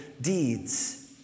deeds